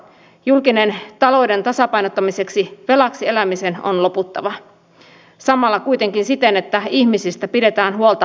julkisen talouden tasapainottamiseksi velaksi elämisen on loputtava kuitenkin siten että samalla ihmisistä pidetään huolta oikeudenmukaisella politiikalla